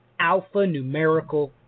alphanumerical